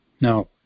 Now